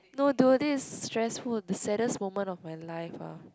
no dude this is stressful the saddest moment of my life ah